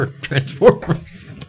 Transformers